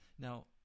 Now